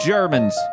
Germans